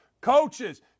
Coaches